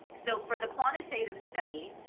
so for the quantitative study,